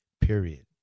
period